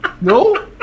No